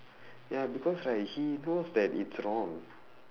ya because like he knows that it's wrong